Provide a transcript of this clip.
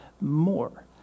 more